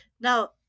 Now